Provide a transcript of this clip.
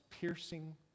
piercing